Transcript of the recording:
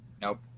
nope